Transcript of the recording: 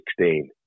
16